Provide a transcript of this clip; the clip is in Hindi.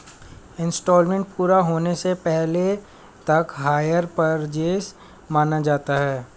इन्सटॉलमेंट पूरा होने से पहले तक हायर परचेस माना जाता है